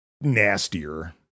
nastier